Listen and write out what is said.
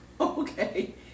Okay